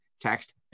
Text